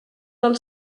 del